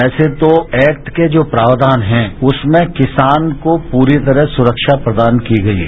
वैसे तोएक्ट के जो प्राक्षान है उसमें किसान को पूरी तरह सुरक्षा प्रदान की गई है